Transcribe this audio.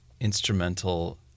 instrumental